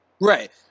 right